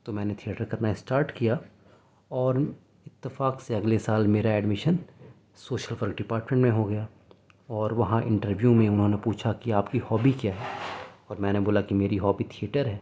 تو میں نے تھئیٹر کرنا اسٹارٹ کیا اور اتفاق سے اگلے سال میرا ایڈمیشن سوشل ویل ڈپارٹمینٹ میں ہو گیا اور وہاں انٹرویو میں انہوں نے پوچھا کہ آپ کی ہابی کیا ہے اور میں نے بولا کہ میری ہابی تھئیٹر ہے